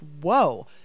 whoa